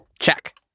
Check